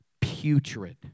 putrid